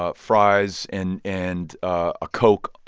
ah fries and and a coke,